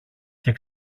και